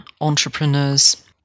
entrepreneurs